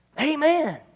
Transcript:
Amen